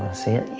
see it?